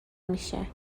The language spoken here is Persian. میشه